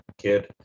kid